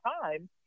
time